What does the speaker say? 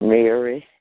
Mary